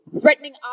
threatening